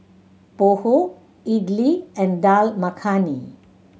Pho Idili and Dal Makhani